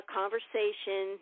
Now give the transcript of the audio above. conversation